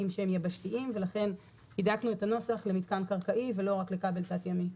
שהם יבשתיים ולכן הדקנו את הנוסח למתקן קרקעי ולא רק לכבל תת ימי.